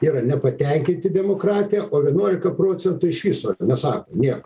yra nepatenkinti demokratija o vienuolika procentų iš viso nesako nieko